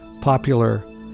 popular